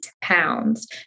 pounds